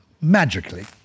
magically